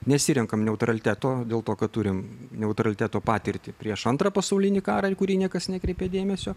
nesirenkam neutraliteto dėl to kad turim neutraliteto patirtį prieš antrą pasaulinį karą ir kurį niekas nekreipė dėmesio